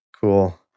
Cool